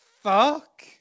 fuck